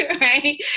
right